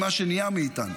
ממה שנהיה מאיתנו.